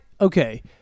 Okay